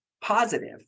positive